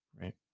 right